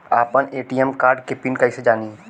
आपन ATM card के PIN कईसे जानी?